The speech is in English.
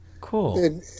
cool